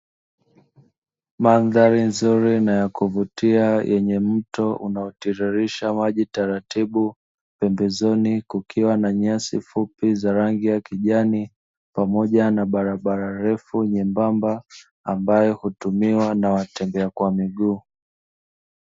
Mandhari nzuri na ya kuvutia yenye mto unaotiririsha maji taratibu, pembezoni kukiwa na nyasi fupi za rangi ya kijani, pamoja na barabara refu nyembamba, ambayo hutumiwa na watembea kwa miguu.